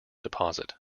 deposit